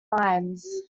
mines